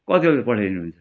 कति बजीतिर पठाइदिनु हुन्छ